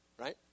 right